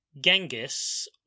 Genghis